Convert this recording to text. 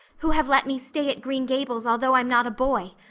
who have let me stay at green gables although i'm not a boy.